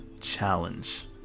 Challenge